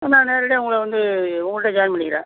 நான் நேரடியாக உங்களை வந்து உங்கள்ட்டேயே ஜாயின் பண்ணிக்கிறேன்